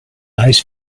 eyes